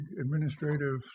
administrative